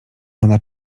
ona